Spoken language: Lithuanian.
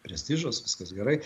prestižas viskas gerai